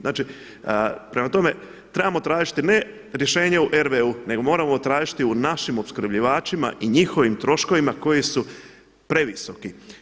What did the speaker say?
Znači, prema tome, trebamo tražiti ne rješenje u RW-u nego moramo tražiti u našim opskrbljivačima i njihovim troškovima koji su previsoki.